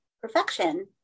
perfection